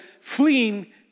fleeing